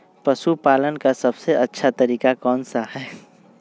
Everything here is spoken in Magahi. पशु पालन का सबसे अच्छा तरीका कौन सा हैँ?